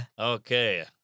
Okay